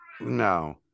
no